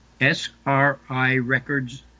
SRIRecords